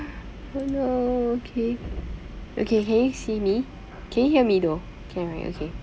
oh no okay okay can you see me can you hear me though can right okay